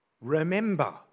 Remember